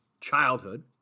childhood